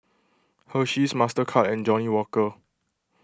Hersheys Mastercard and Johnnie Walker